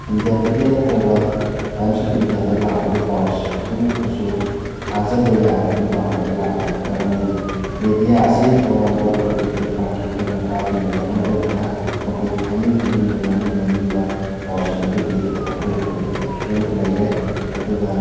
India today ꯅꯠꯇ꯭ꯔꯒ times of ꯏꯟꯗꯤꯌꯥꯗ ꯂꯥꯛꯂꯕ ꯄꯥꯎ ꯈꯨꯗꯤꯡꯃꯛꯄꯨꯁꯨ ꯊꯥꯖꯕ ꯌꯥꯕꯒꯤ ꯋꯥꯡꯃꯗ ꯂꯥꯛꯂꯦ ꯃꯔꯝꯗꯤ ꯃꯦꯗꯤꯌꯥ ꯑꯁꯤ ꯇꯣꯉꯥꯟꯕ ꯄꯣꯂꯤꯇꯤꯀꯦꯜ ꯄꯥꯔꯇꯤ ꯈꯔꯅ ꯄꯥꯏꯈꯤꯕꯅ ꯃꯔꯝ ꯑꯣꯏꯗꯨꯅ ꯃꯈꯣꯏꯒꯤ ꯍꯥꯏꯅꯤꯡ ꯍꯥꯏꯅꯤꯡꯕ ꯉꯥꯡꯅꯤꯡ ꯉꯥꯡꯅꯤꯡꯕ ꯄꯥꯎꯁꯤꯡ ꯑꯗꯨ ꯏꯔꯒ ꯊꯥꯗꯣꯔꯛꯄꯒꯤ ꯐꯤꯕꯝꯗ ꯂꯩꯔꯦ ꯑꯗꯨꯒ